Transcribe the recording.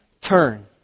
turn